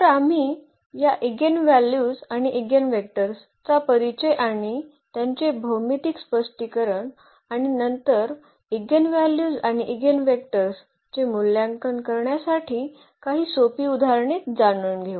तर आम्ही या इगेनव्हल्यूज आणि ईगेनवेक्टर्स चा परिचय आणि त्यांचे भौमितिक स्पष्टीकरण आणि नंतर इगेनव्हल्यूज आणि ईगेनवेक्टर्स चे मूल्यांकन करण्यासाठी काही सोपी उदाहरणे जाणून घेऊ